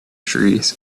trees